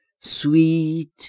sweet